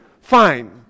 fine